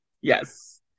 Yes